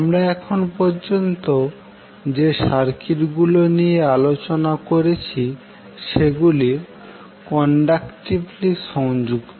আমরা এখন পর্যন্ত যে সার্কিট গুলো নিয়ে আলোচনা করেছি সেগুলো কন্ডাক্টিভিটলি সংযুক্ত